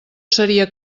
seria